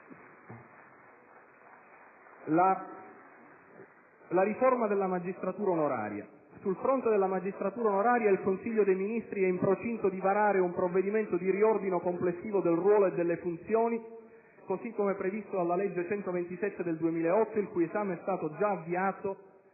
dai Gruppi* *PdL e LNP).* Sul fronte della magistratura onoraria, il Consiglio dei ministri è in procinto di varare un provvedimento di riordino complessivo del suo ruolo e delle sue funzioni, così come previsti dalla legge n. 127 del 2008, il cui esame è stato già avviato